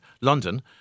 London